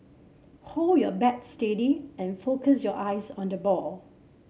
hold your bat steady and focus your eyes on the ball